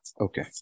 Okay